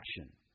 action